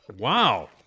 Wow